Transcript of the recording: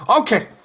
Okay